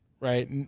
right